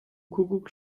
kuckuck